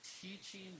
teaching